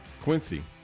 Quincy